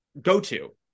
go-to